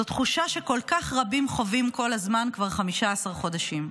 זו תחושה שכל כך רבים חווים כל הזמן כבר 15 חודשים.